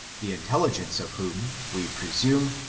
the intelligence of whom, we presume,